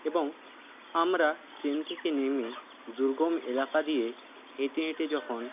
এবং আমরা ট্রেন থেকে নেমে দুর্গম এলাকা দিয়ে হেঁটে হেঁটে যখন